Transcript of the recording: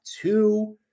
two